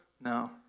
No